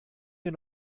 wir